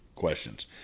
questions